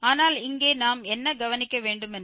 ஆனால் இங்கே நாம் என்ன கவனிக்க வேண்டுமென்றால் g2|x|2